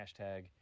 Hashtag